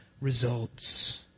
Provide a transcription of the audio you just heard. results